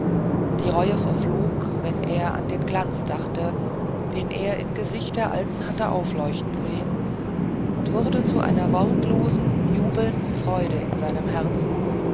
die reue verflog wenn er an den glanz dachte den er im gesicht der alten hatte aufleuchten sehen und wurde zu einer wortlosen jubelnden freude in seinem herzen